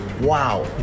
Wow